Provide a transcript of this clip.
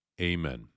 Amen